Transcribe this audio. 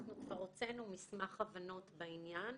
אנחנו כבר הוצאנו מסמך הבנות בעניין.